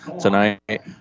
tonight